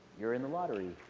you are in the lottery.